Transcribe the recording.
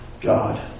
God